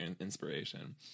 inspiration